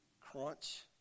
Crunch